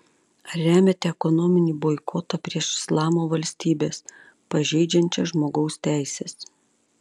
ar remiate ekonominį boikotą prieš islamo valstybes pažeidžiančias žmogaus teises